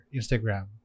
Instagram